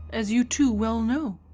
as you too welle knowe.